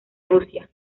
rusia